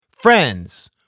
Friends